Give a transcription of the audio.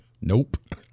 Nope